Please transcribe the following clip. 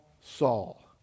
Saul